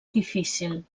difícil